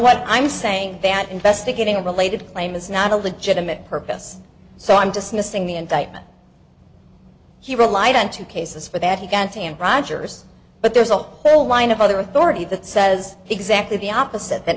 what i'm saying that investigating a related claim is not a legitimate purpose so i'm dismissing the indictment he relied on two cases for that he got and rogers but there's a whole line of other authority that says exactly the opposite that